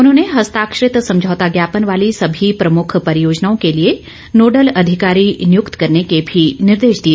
उन्होंने हस्ताक्षरित समझौता ज्ञापन वाली सभी प्रमुख परियोजनाओं के लिए नोडल अधिकारी नियुक्त करने के भी निर्देश दिए